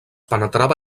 penetrava